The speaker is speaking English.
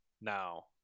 now